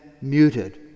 muted